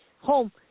home –